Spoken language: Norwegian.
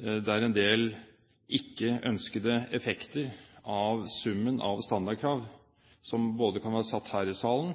det er en del ikke ønskede effekter av summen av standardkrav som kan være satt her i salen,